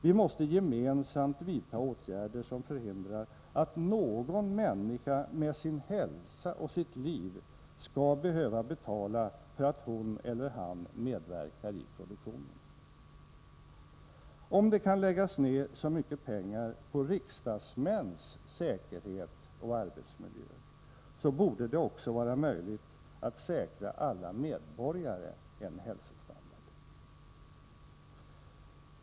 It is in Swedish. Vi måste gemensamt vidta åtgärder som förhindrar att någon människa med sin hälsa och sitt liv behöver betala för att hon eller han medverkar i produktionen. Om det kan läggas ned så mycket pengar på riksdagsmäns säkerhet och arbetsmiljö, så bör det också vara möjligt att säkra en hälsostandard åt alla medborgare.